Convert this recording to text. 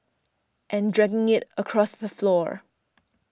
and dragging it across the floor